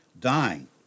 dying